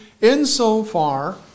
Insofar